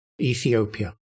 Ethiopia